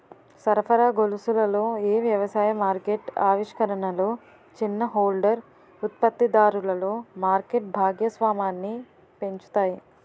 సరఫరా గొలుసులలో ఏ వ్యవసాయ మార్కెట్ ఆవిష్కరణలు చిన్న హోల్డర్ ఉత్పత్తిదారులలో మార్కెట్ భాగస్వామ్యాన్ని పెంచుతాయి?